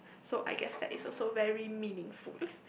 so I guess that is also very meaningful